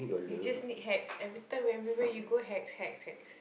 you just need hacks every time everywhere you go hacks hacks hacks